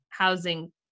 housing